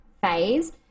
phase